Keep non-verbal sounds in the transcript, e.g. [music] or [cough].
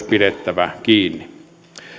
[unintelligible] pidettävä kiinni